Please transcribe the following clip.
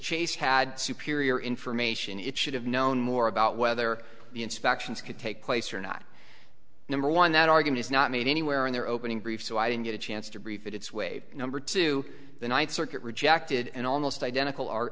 chase had superior information it should have known more about whether the inspections could take place or not number one that argument is not made anywhere in their opening brief so i didn't get a chance to brief it its way number two the ninth circuit rejected an almost identical ar